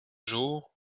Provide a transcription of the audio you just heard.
jour